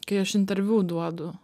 kai aš interviu duodu